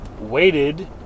waited